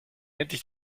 endlich